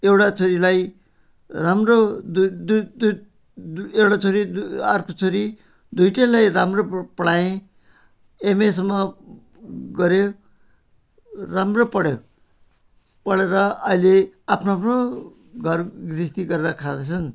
एउटा छोरीलाई राम्रो दु दु दु एउटा छोरी दु अर्को छोरी दुइवटैलाई राम्रो प पढाएँ एमएसम्म गर्यो राम्रो पढ्यो पढेर अहिले आफ्नो आफ्नो घर गृहस्थी गरेर खाँदैछन्